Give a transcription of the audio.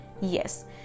yes